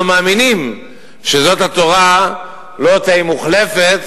אנחנו מאמינים שזאת התורה לא תהא מוחלפת